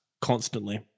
constantly